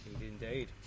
indeed